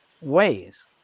ways